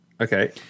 Okay